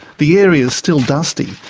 the area's still dusty,